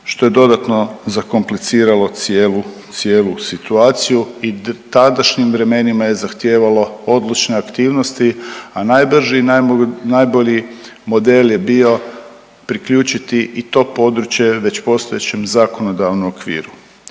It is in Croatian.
što je dodatno zakompliciralo cijelu, cilju situaciju i tadašnjim vremenima je zahtijevalo odlučne aktivnosti, a najbrži i najbolji model je bio priključiti i to područje već postojećem zakonodavnom okviru.